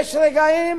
יש רגעים